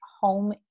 home